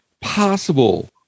possible